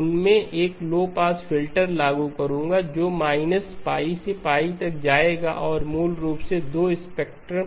उन मैं एक लो पास फिल्टर लागू करूंगा जो 5 से 5 तक जाएगा और मूल रूप से 2 स्पेक्टर